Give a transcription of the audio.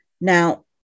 Now